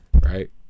Right